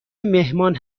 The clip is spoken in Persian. مهمان